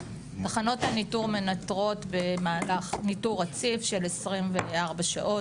תחנות הניטור מנטרות במהלך ניטור רציף של 24 שעות,